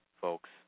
folks